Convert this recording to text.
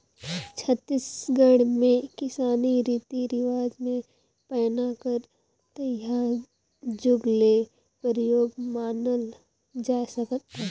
छत्तीसगढ़ मे किसानी रीति रिवाज मे पैना कर तइहा जुग ले परियोग मानल जाए सकत अहे